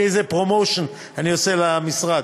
תראי איזה promotion אני עושה למשרד,